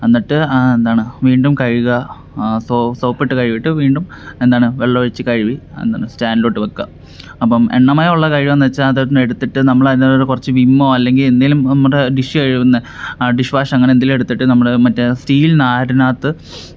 എന്നിട്ട് എന്താണ് വീണ്ടും കഴുകുക സോ സോപ്പിട്ട് കഴുകിയിട്ട് വീണ്ടും എന്താണ് വെള്ളം ഒഴിച്ചു കഴുകി എന്താണ് സ്റ്റാൻഡിലോട്ടു വെക്കുക അപ്പം എണ്ണമയമുള്ളത് കഴുകുകയെന്നു വെച്ചാൽ അതൊന്നെടുത്തിട്ട് നമ്മളതിനകത്ത് കുറച്ച് വിമ്മോ അല്ലെങ്കിൽ എന്തെങ്കിലും മറ്റേ ഡിഷ് കഴുകുന്ന ഡിഷ് വാഷ് അങ്ങനെയെന്തെങ്കിലും എടുത്തിട്ട് നമ്മൾ മറ്റേ സ്റ്റീൽ നാരിനകത്ത്